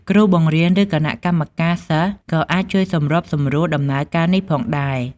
គ្រូបង្រៀន ឬគណៈកម្មការសិស្សក៏អាចជួយសម្របសម្រួលដំណើរការនេះផងដែរ។